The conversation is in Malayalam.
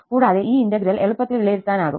കൂടാതെ ഈ ഇന്റഗ്രൽ എളുപ്പത്തിൽ വിലയിരുത്താനാകും